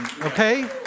Okay